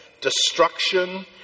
destruction